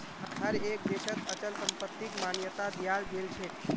हर एक देशत अचल संपत्तिक मान्यता दियाल गेलछेक